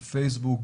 בפייסבוק,